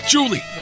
Julie